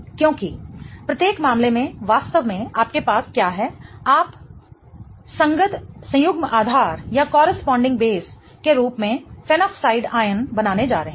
क्योंकि प्रत्येक मामले में वास्तव में आपके पास क्या है आप अंगद संयुग्म आधार के रूप में फेनॉक्साइड आयन बनाने जा रहे हैं